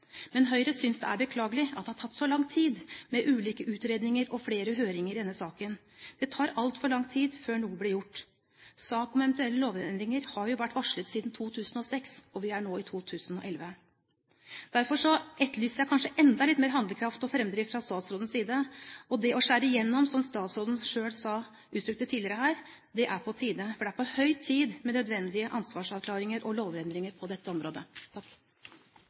Men Høyre synes det er beklagelig at det har tatt så lang tid med ulike utredninger og flere høringer i denne saken. Det tar altfor lang tid før noe blir gjort. Sak om eventuelle lovendringer har jo vært varslet siden 2006, og vi er nå i 2011. Derfor etterlyser jeg kanskje enda litt mer handlekraft og fremdrift fra statsrådens side. Det «å skjære igjennom», som statsråden selv uttrykte tidligere her, er på tide. Det er på høy tid med nødvendige ansvarsavklaringer og lovendringer på dette området.